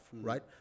right